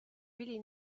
really